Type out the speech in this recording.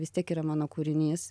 vis tiek yra mano kūrinys